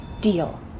Deal